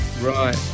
Right